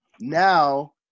now